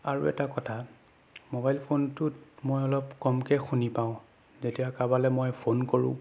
আৰু এটা কথা মোবাইল ফোনটোত মই অলপ কমকৈ শুনি পাওঁ যেতিয়া কাৰোবালৈ মই ফোন কৰোঁ